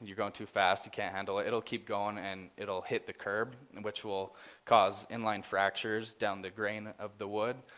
and you're going to faster you can't handle ah it'll keep going and it'll hit the curb and which will cause inline fractures down the grain of the wood.